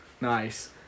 nice